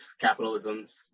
capitalism's